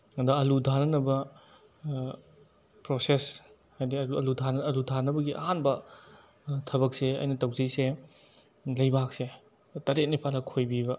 ꯑꯗ ꯑꯥꯂꯨ ꯊꯥꯅꯅꯕ ꯄ꯭ꯔꯣꯁꯦꯁ ꯍꯥꯏꯗꯤ ꯑꯥꯂꯨ ꯊꯥꯅꯕꯒꯤ ꯑꯍꯥꯟꯕ ꯊꯕꯛꯁꯦ ꯑꯩꯅ ꯇꯧꯖꯔꯤꯁꯦ ꯂꯩꯕꯥꯛꯁꯦ ꯇꯔꯦꯠ ꯅꯤꯄꯥꯜꯂꯛ ꯈꯣꯏꯕꯤꯕ